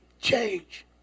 Change